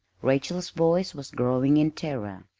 rachel's voice was growing in terror.